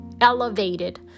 elevated